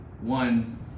one